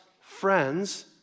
friends